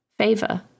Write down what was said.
favor